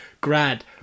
Grad